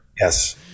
Yes